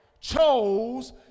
chose